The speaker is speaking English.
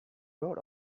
rode